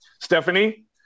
Stephanie